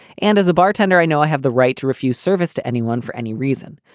and as a bartender, i know i have the right to refuse service to anyone for any reason.